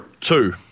Two